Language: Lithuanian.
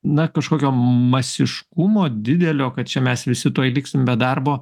na kažkokio masiškumo didelio kad čia mes visi tuoj liksim be darbo